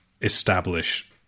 establish